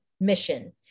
mission